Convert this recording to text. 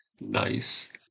Nice